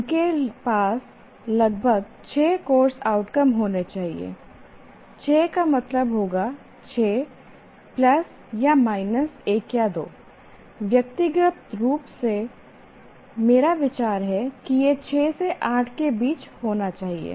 उनके पास लगभग 6 कोर्स आउटकम होने चाहिए 6 का मतलब होगा 6 प्लस या माइनस 1 या 2 व्यक्तिगत रूप से मेरा विचार है कि यह 6 से 8 के बीच होना चाहिए